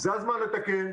זה הזמן לתקן,